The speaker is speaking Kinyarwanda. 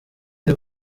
iri